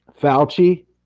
Fauci